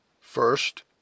First